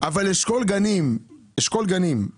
אבל אשכול גנים ברגיל,